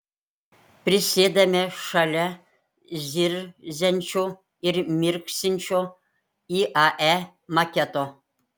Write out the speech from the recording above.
prisėdame šalia zirziančio ir mirksinčio iae maketo